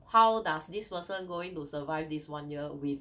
how does this person going to survive this one year with